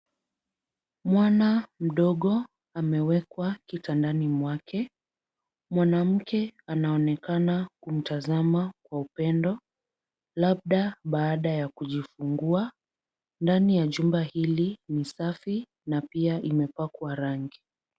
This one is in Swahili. Mwana mdogo amewekwa kitandani mwake. Mwanamke anaonekana kumtazama kwa upendo labda baada ya kujifungua. Ndani ya jumba hili ni safi na pia imepakwa rangi.